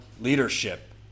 leadership